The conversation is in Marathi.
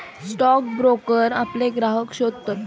स्टॉक ब्रोकर आपले ग्राहक शोधतत